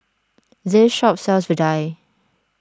this shop sells Vadai